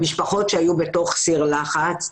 -- משפחות שהיו בתוך סיר לחץ,